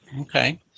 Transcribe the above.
Okay